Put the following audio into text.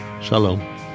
Shalom